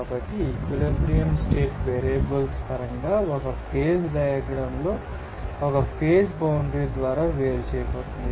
కాబట్టి equilibrium state variables పరంగా ఒక ఫేజ్ డయాగ్రమ్ లో ఒక ఫేజ్ బౌండ్రి ద్వారా వేరు చేయబడుతుంది